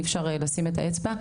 אי אפשר לשים את האצבע,